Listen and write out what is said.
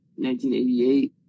1988